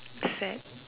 sad